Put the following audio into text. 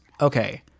okay